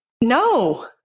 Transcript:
No